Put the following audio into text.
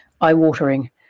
eye-watering